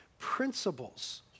principles